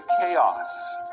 chaos